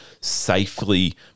safely